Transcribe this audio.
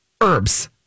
Herbs